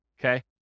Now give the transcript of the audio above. okay